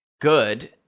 good